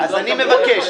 אני מבקש.